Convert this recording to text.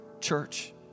church